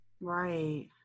right